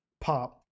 pop